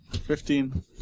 fifteen